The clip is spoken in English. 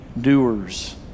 doers